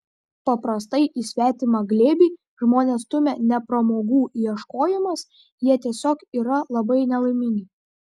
paprastai į svetimą glėbį žmones stumia ne pramogų ieškojimas jie tiesiog yra labai nelaimingi